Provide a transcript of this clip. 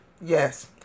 Yes